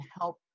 help